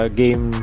game